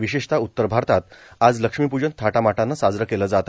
विशेषतः उत्तर भारतात आज लक्ष्मीप्जन थाटामाटात साजरा केल जात